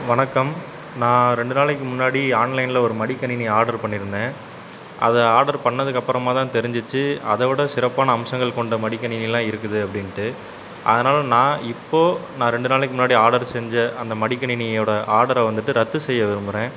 வணக்கம் நான் ரெண்டு நாளைக்கு முன்னாடி ஆன்லைனில் ஒரு மடிக்கணினி ஆர்டர் பண்ணிருந்தேன் அதை ஆர்டர் பண்ணதுக்கப்பறமாக தான் தெரிஞ்சிச்சு அத விட சிறப்பான அம்சங்கள் கொண்ட மடிக்கணினிலாம் இருக்குது அப்படின்ட்டு அதனால் நான் இப்போ நான் ரெண்டு நாளைக்கு முன்னாடி ஆர்டர் செஞ்ச அந்த மடிக்கணினியோட ஆர்டரை வந்துவிட்டு ரத்து செய்ய விரும்புகிறேன்